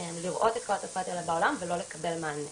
לראות את התופעות האלה בעולם, ולא לקבל מענה.